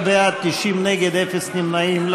13 בעד, 90 נגד, אין נמנעים.